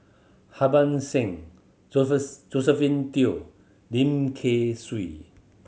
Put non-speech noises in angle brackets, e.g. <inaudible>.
Harban Singh <unintelligible> Josephine Teo Lim Kay Siu